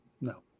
No